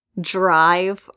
drive